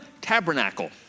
tabernacle